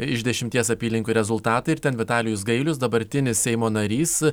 iš dešimties apylinkių rezultatai ir ten vitalijus gailius dabartinis seimo narys